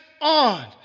on